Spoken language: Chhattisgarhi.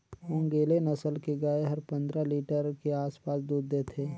ओन्गेले नसल के गाय हर पंद्रह लीटर के आसपास दूद देथे